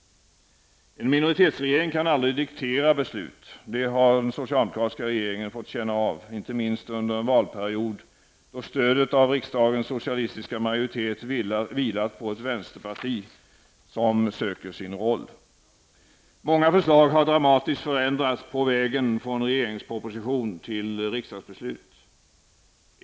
En minoritetsregering kan aldrig diktera beslut. Det har den socialdemokratiska regeringen fått känna av -- inte minst under en valperiod då stödet i riksdagens socialistiska majoritet vilat på ett vänsterparti som söker sin roll. Många förslag har dramatiskt förändrats på vägen från regeringsproposition till riksdagsbeslut.